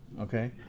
okay